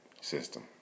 system